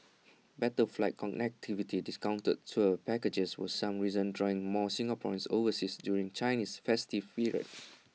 better flight connectivity discounted tour packages were some reasons drawing more Singaporeans overseas during Chinese festive period